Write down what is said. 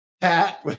Pat